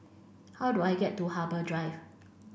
how do I get to Harbour Drive